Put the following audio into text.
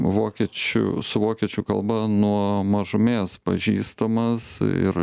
vokiečių su vokiečių kalba nuo mažumės pažįstamas ir